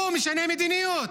הוא משנה מדיניות.